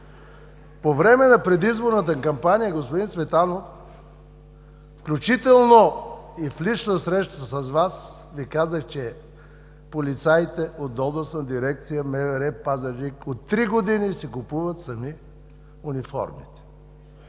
По време на предизборната кампания, господин Цветанов, включително и в лична среща с Вас, Ви казах, че полицаите от Областна дирекция на МВР – Пазарджик от три години си купуват сами униформите.